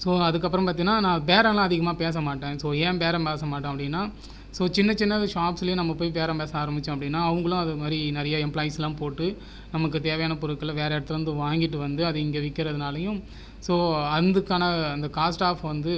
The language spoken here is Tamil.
ஸோ அதுக்கப்புறம் பார்த்தீங்கனா நான் பேரலா அதிகமாக பேச மாட்ட ஸோ ஏன் பேரம் பேச மாட்ட அப்படினா ஸோ சின்ன சின்ன ஷாப்ஸ்லயும் நம்ம போயி பேரம் பேச ஆரம்பிச்சோம் அப்படினா அவங்களும் அது மாதிரி நிறைய எம்ப்லாய்ஸ்லா போட்டு நமக்கு தேவையான பொருட்களை வேற இடத்துலருந்து வாங்கிட்டு வந்து அது இங்கே விற்குறதுனாலயும் ஸோ அதுக்கான அந்த காஸ்ட் ஆஃப் வந்து